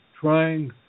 trying